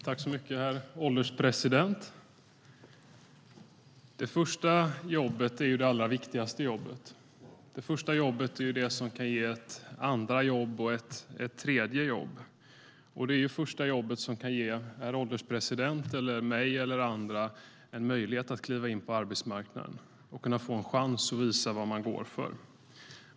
Herr ålderspresident! Det första jobbet är det allra viktigaste jobbet. Det är det första jobbet som kan ge ett andra och ett tredje jobb. Det är det första jobbet som ger herr ålderspresident, mig och alla andra en möjlighet att kliva in på arbetsmarknaden och få en chans att visa vad vi går för.